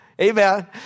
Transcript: Amen